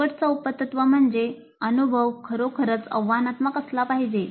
शेवटचा उप तत्व म्हणजे अनुभव खरोखरच आव्हानात्मक असला पाहिजे